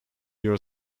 your